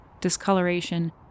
discoloration